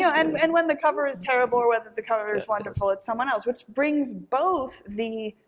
yeah um and when the cover is terrible, or whether the cover is wonderful, it's someone else. which brings both the,